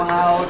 Wow